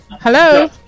hello